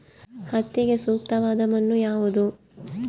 ಹತ್ತಿಗೆ ಸೂಕ್ತವಾದ ಮಣ್ಣು ಯಾವುದು?